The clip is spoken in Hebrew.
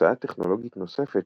המצאה טכנולוגית נוספת